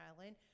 Island